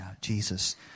Jesus